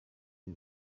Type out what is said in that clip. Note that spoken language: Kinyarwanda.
ibi